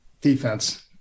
defense